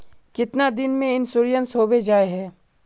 कीतना दिन में इंश्योरेंस होबे जाए है?